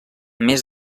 més